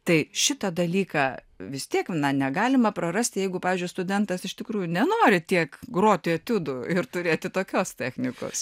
tai šitą dalyką vis tiek na negalima prarasti jeigu pavyzdžiui studentas iš tikrųjų nenori tiek groti etiudų ir turėti tokios technikos